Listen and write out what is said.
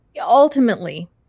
ultimately